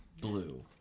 blue